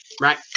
right